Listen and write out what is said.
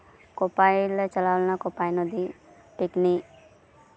ᱠᱚᱯᱟᱭ ᱞᱮ ᱪᱟᱞᱟᱣ ᱞᱮᱱᱟ ᱠᱳᱯᱟᱭ ᱱᱚᱫᱤ ᱯᱤᱠᱱᱤᱠ